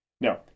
Now